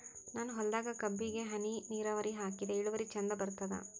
ನನ್ನ ಹೊಲದಾಗ ಕಬ್ಬಿಗಿ ಹನಿ ನಿರಾವರಿಹಾಕಿದೆ ಇಳುವರಿ ಚಂದ ಬರತ್ತಾದ?